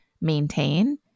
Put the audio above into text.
maintain